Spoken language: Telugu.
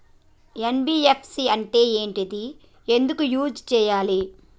ఎన్.బి.ఎఫ్.సి అంటే ఏంటిది ఎందుకు యూజ్ చేయాలి?